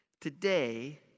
Today